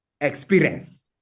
experience